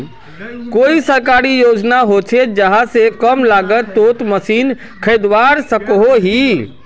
कोई सरकारी योजना होचे जहा से कम लागत तोत मशीन खरीदवार सकोहो ही?